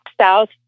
South